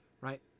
right